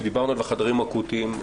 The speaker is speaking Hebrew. שדיברנו על החדרים האקוטיים,